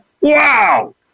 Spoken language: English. Wow